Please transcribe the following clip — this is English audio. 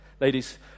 Ladies